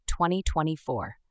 2024